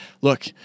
look